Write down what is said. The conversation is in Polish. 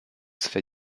swe